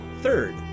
Third